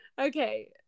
Okay